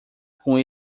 com